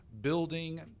building